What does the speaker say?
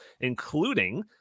including